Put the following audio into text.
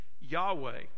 Yahweh